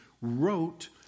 wrote